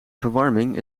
verwarming